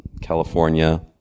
california